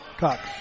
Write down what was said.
Cox